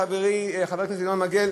כפי שהזכיר חברי חבר הכנסת ינון מגל,